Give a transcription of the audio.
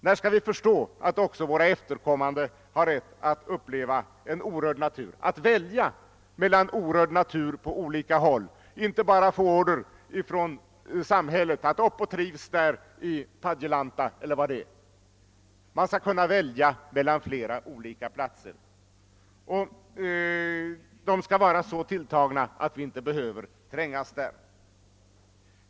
När skall vi förstå att också våra efterkommande har rätt att uppleva en orörd natur, att få välja mellan orörd natur på olika håll, inte bara från samhället få order: Upp och trivs i Padjelanta eller vad det nu är! Man skall kunna välja mellan flera olika piatser, och de skall vara så tilltagna att vi inte behöver trängas där.